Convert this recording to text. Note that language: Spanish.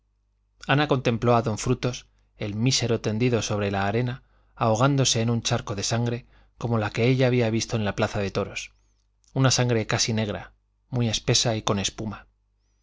ana contempló a don frutos el mísero tendido sobre la arena ahogándose en un charco de sangre como la que ella había visto en la plaza de toros una sangre casi negra muy espesa y con espuma